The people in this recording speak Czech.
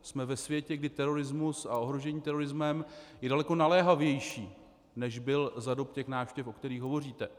Jsme ve světě, kdy terorismus a ohrožení terorismem je daleko naléhavější, než byl za dob těch návštěv, o kterých hovoříte.